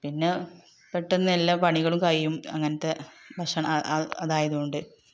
പിന്നെ പെട്ടെന്ന് എല്ലാ പണികളും കഴിയും അങ്ങനത്തെ ഭക്ഷണ അതായതുകൊണ്ട്